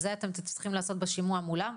את זה הייתם צריכים לעשות בשימוע מולם.